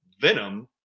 venom